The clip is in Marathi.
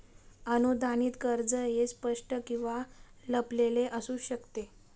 अनुदानित कर्ज हे स्पष्ट किंवा लपलेले असू शकते